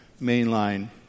mainline